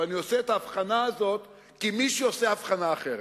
אבל אני עושה את ההבחנה הזאת כי מישהו עושה הבחנה אחרת,